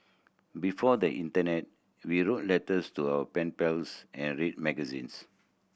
before the internet we wrote letters to our pen pals and read magazines